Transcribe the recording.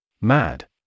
MAD